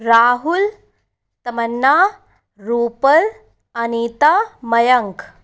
Rahul Tamanna Rupal Anita Mayank